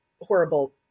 horrible